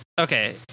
Okay